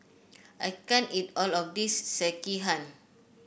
I can't eat all of this Sekihan